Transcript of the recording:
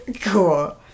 cool